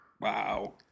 Wow